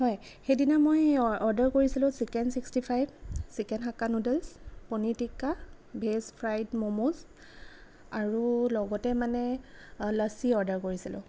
হয় সেইদিনা মই অৰ্ডাৰ কৰিছিলোঁ chicken sixty five chicken hakka noodles paneer tikka veg fried momos আৰু লগতে মানে লচ্চি অৰ্ডাৰ কৰিছিলোঁ